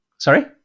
Sorry